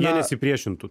jie nesipriešintų